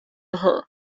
her